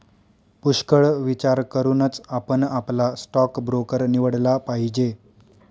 पुष्कळ विचार करूनच आपण आपला स्टॉक ब्रोकर निवडला पाहिजे